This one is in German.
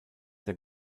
der